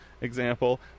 example